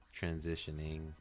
transitioning